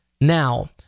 Now